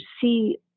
see